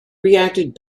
reacted